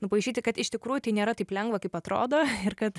nupaišyti kad iš tikrųjų tai nėra taip lengva kaip atrodo ir kad